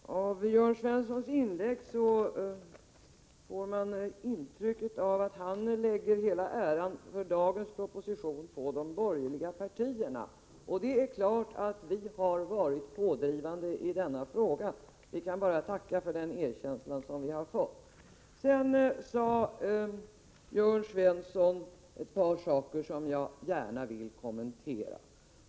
Herr talman! Av Jörn Svenssons inlägg får man intrycket att han lägger hela äran för dagens proposition på de borgerliga partierna. Det är klart att vi har varit pådrivande i denna fråga; vi kan bara tacka för den erkänsla som vi har fått. Sedan sade Jörn Svensson ett par saker som jag gärna vill kommentera.